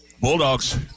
Bulldogs